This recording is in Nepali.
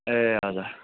ए हजुर